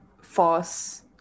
force